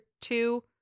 two